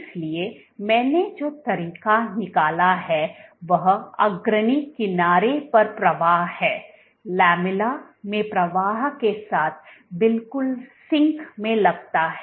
इसलिए मैंने जो तरीका निकाला है वह अग्रणी किनारे पर प्रवाह है लामेला में प्रवाह के साथ बिल्कुल सिंक में लगता है